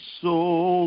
soul